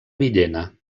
villena